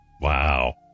Wow